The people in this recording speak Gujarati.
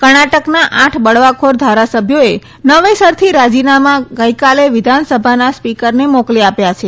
કર્ણાટકના આઠ બળવાખોર ધારાસભ્યોએ નવેસરથી રાજીનામા ગઈકાલે વિધાનસભાના સ્વીકરને મોકલી આપ્યા છે